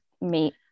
meet